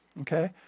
okay